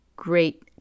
great